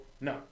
no